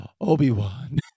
obi-wan